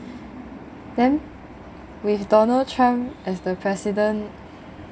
then with donald trump as the president